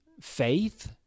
faith